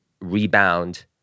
rebound